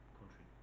country